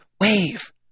wave